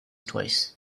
twice